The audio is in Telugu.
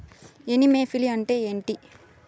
ఎనిమోఫిలి అంటే ఏంటి?